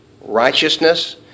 righteousness